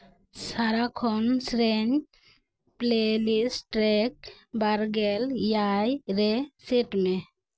ᱥᱟᱨᱟᱠᱷᱚᱱ ᱥᱮᱨᱮᱧ playlist track ᱵᱟᱨᱜᱮᱞ ᱮᱭᱟᱭ ᱨᱮ ᱥᱮᱴ ᱢᱮ